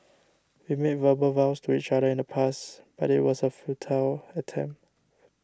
we made verbal vows to each other in the past but it was a futile attempt